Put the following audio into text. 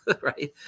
right